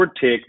take